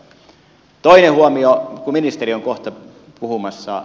toinen huomio kun ministeri on kohta puhumassa